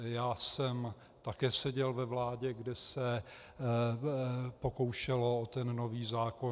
Já jsem také seděl ve vládě, kde se pokoušelo o ten nový zákon.